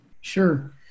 Sure